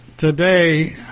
Today